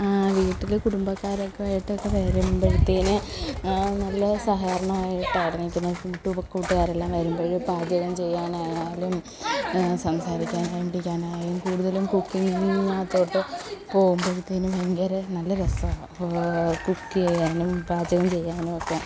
വീട്ടിൽ കുടുംബക്കാരൊക്കെ ആയിട്ടൊക്കെ വരുമ്പോഴത്തേന് നല്ല സഹകരണം ആയിട്ടാണ് നിൽക്കുന്നത് എന്നിട്ട് ഇപ്പോൾ കൂട്ടുകാരെല്ലാം വരുമ്പോൾ പാചകം ചെയ്യാനായാലും സംസാരിക്കാൻ വേണ്ടി തന്നെയും കൂടുതലും കുക്കിംഗിനകത്തോട്ട് പോവുമ്പോഴത്തേനും ഭയങ്കര നല്ല രസമാണ് കുക്ക് ചെയ്യാനും പാചകം ചെയ്യാനും ഒക്കെ